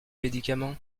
médicament